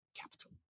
capital